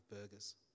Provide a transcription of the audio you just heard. burgers